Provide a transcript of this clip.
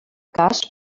cas